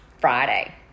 Friday